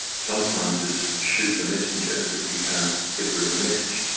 sometimes it's shoot the messenger if you can't get rid of the message.